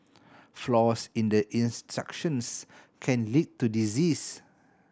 flaws in the instructions can lead to disease